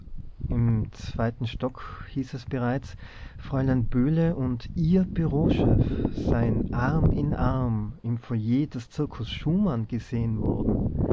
im zweiten stock hieß es bereits fräulein böhle und ihr bureauchef seien arm in arm im foyer des zirkus schumann gesehen worden